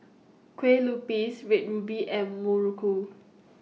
Kueh Lupis Red Ruby and Muruku